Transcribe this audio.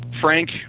Frank